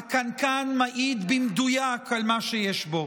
הקנקן מעיד במדויק על מה שיש בו.